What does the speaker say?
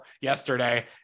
yesterday